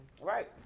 Right